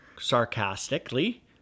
sarcastically